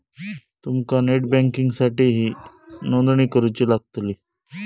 तुमका नेट बँकिंगसाठीही नोंदणी करुची लागतली